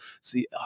See